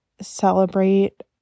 celebrate